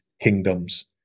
kingdoms